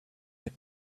had